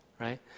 right